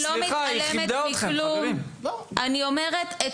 אני לא מתעלמת מכלום, אני אומרת את